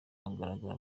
agaragara